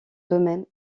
domaine